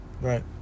Right